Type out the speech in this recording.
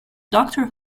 doctor